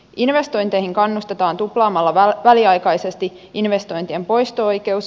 investointeihin kannustetaan tuplaamalla väliaikaisesti investointien poisto oikeus